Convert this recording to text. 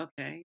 okay